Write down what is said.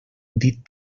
dit